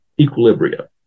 equilibria